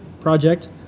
project